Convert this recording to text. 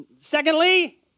secondly